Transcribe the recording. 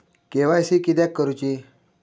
KYC किदयाक करूची?